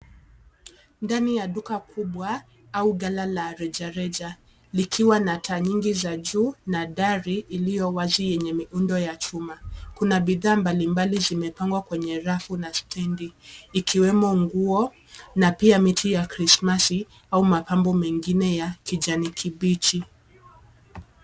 Ndani ya duka kubwa au ghala la rejareja likiwa na taa nyingi za juu na dari iliyowazi yenye miundo ya chuma, kuna bidhaa mbalimbali zimepangwa kwenye rafu na stendi ikiwemo nguo na pia miti ya krismasi au mapambo mengine ya kijani kibichi.